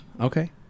Okay